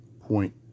point